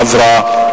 עברה.